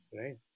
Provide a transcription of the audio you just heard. right